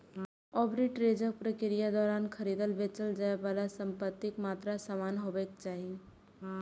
आर्बिट्रेजक प्रक्रियाक दौरान खरीदल, बेचल जाइ बला संपत्तिक मात्रा समान हेबाक चाही